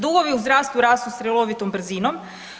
Dugovi u zdravstvu rastu strelovitom brzinom.